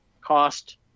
cost